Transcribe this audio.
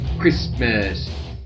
Christmas